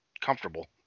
comfortable